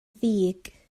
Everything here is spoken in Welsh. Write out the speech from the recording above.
ddig